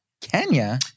Kenya